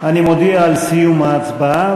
אני מודיע על סיום ההצבעה,